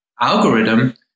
algorithm